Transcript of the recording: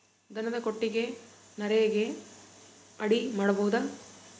ದನದ ಕೊಟ್ಟಿಗಿ ನರೆಗಾ ಅಡಿ ಮಾಡಬಹುದಾ?